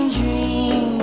dream